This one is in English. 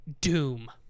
doom